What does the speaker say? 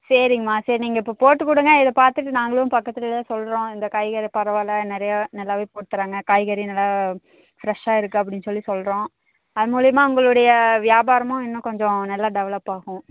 சரிங்மா சரி நீங்கள் இப்போ போட்டு கொடுங்க இதை பார்த்துட்டு நாங்களும் பக்கத்துல எல்லாம் சொல்லுறோம் இந்த காய்கறி பரவால்ல நிறையா நல்லாவே போட்டு தராங்க காய்கறி நல்லா ஃப்ரெஷ்ஷாக இருக்கு அப்பிடின்னு சொல்லி சொல்லுறோம் அது மூலியுமாக உங்களுடைய வியாபாரமும் இன்னும் கொஞ்சம் நல்லா டெவலப்பாகும்